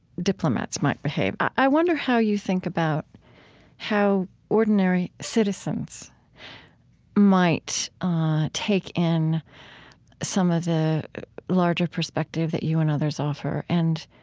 diplomats might behave. i wonder how you think about how ordinary citizens might take in some of the larger perspective that you and others offer and,